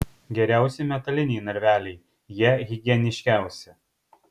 geriausi metaliniai narveliai jie higieniškiausi